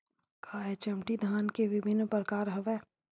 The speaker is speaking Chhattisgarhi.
का एच.एम.टी धान के विभिन्र प्रकार हवय?